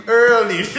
early